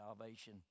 salvation